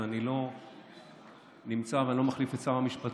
ואני לא נמצא, אני לא מחליף את שר המשפטים.